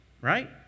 right